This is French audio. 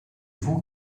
vous